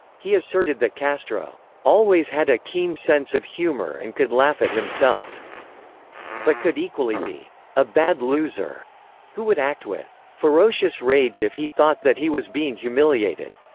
he asserted that castro always had a keen sense of humor and could laugh at himself but could equally be a bad loser who would act with ferocious rage if he thought that he was being humiliated.